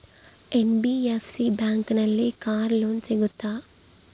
NBFC ಬ್ಯಾಂಕಿನಲ್ಲಿ car loan ಸಿಗುತ್ತಾ?